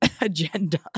agenda